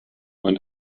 und